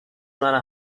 منم